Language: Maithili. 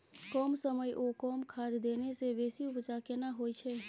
कम समय ओ कम खाद देने से बेसी उपजा केना होय छै?